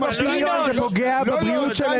מי זרק למריצות את הילדים שלכם?